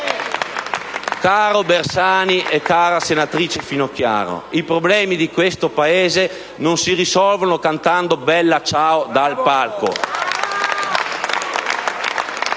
Bersani e cara senatrice Finocchiaro, i problemi di questo Paese non si risolvono cantando «Bella ciao» dal palco!